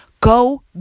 go